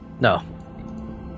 No